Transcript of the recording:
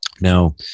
Now